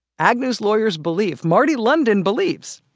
agnew's lawyers believe, marty london believes,